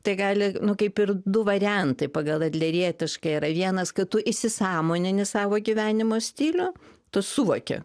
tai gali nu kaip ir du variantai pagal adlerietišką yra vienas kad tu įsisąmonini savo gyvenimo stilių tu suvoki